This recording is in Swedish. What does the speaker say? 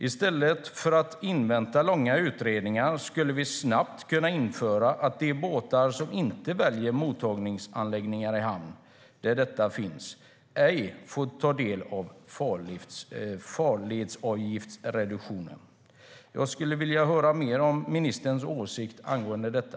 I stället för att invänta långa utredningar skulle vi snabbt kunna införa att de båtar som inte väljer mottagningsanläggningar i hamn, där detta finns, ej får ta del av farledsavgiftsreduktionen. Jag skulle vilja höra mer om ministerns åsikt angående detta.